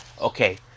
Okay